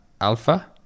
Alpha